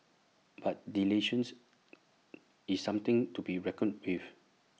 but dilutions is something to be reckoned with